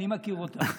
אני מכיר אותם.